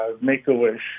Make-A-Wish